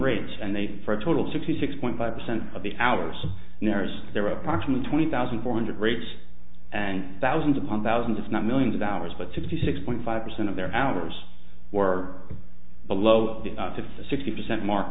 rates and they for a total of sixty six point five percent of the hours and hours there were approximately twenty thousand four hundred rapes and thousands upon thousands if not millions of dollars but sixty six point five percent of their hours or below to sixty percent mark